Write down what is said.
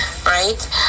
right